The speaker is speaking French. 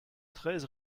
treize